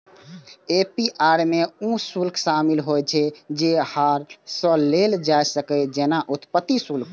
APR मे ऊ शुल्क शामिल होइ छै, जे अहां सं लेल जा सकैए, जेना उत्पत्ति शुल्क